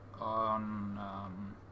on